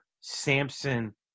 Samson